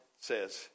says